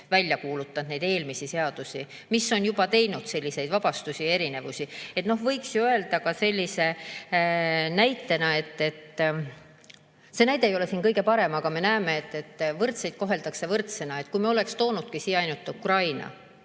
välja kuulutanud neid eelmisi seadusi, mis on juba teinud selliseid vabastusi ja erisusi. Võiks ju tuua ka sellise näite. See näide ei ole siin kõige parem, aga me näeme, et võrdseid koheldakse võrdsena. Kui me oleksimegi toonud siia ainult Ukraina,